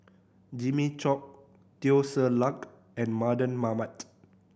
Jimmy Chok Teo Ser Luck and Mardan Mamat